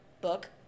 book